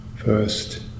First